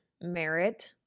merit